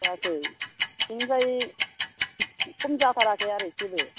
जायाखै बिनिफ्राय खम जाथाराखै आरो एसेबो